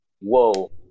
whoa